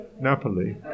Napoli